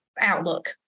outlook